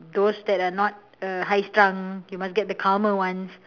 those that are not uh high strung you must get the calmer ones